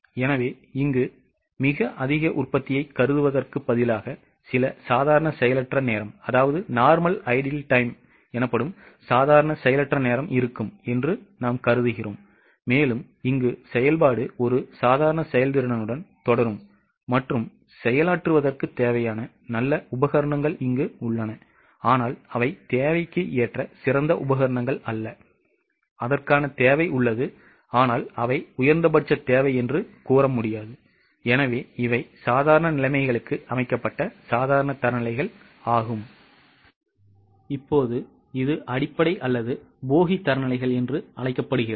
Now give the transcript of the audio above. எனவே இங்கு மிக அதிக உற்பத்தியைக் கருதுவதற்குப் பதிலாக சில சாதாரண செயலற்ற நேரம் தரநிலைகள் என்று அழைக்கப்படுகிறது